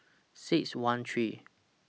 six one three